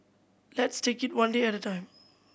let's take it one day at a time